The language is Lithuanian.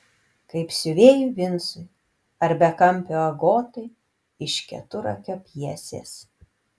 kaip siuvėjui vincui ar bekampio agotai iš keturakio pjesės